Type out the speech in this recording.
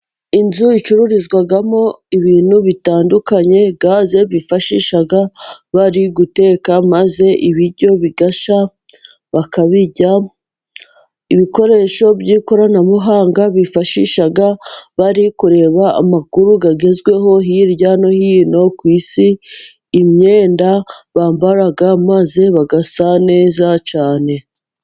Inzu icururizwamo ibintu bitandukanye, gaze bifashisha bari guteka maze ibiryo bigashya bakabirya, ibikoresho by'ikoranabuhanga bifashisha, bari kureba amakuru agezweho hirya no hino ku isi, imyenda bambara maze bagasa neza cyane.